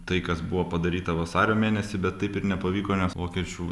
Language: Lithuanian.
tai kas buvo padaryta vasario mėnesį bet taip ir nepavyko nes vokiečių